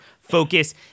focus